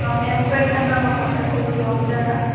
ꯑꯥ ꯃꯦꯝ ꯈꯣꯏ ꯈꯟꯅꯕ ꯀꯥꯟꯗ ꯑꯩꯈꯣꯏꯁꯨ ꯌꯥꯎꯔꯛꯑꯒꯦ